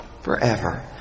forever